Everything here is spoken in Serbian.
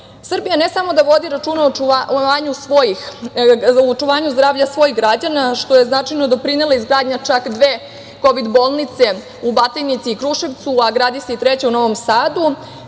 ne samo da vodi računa o očuvanju zdravlja svojih građana, što je značajno doprinela izgradnja čak dve kovid bolnice, u Batajnici i Kruševcu, a gradi se i treća u Novom Sadu,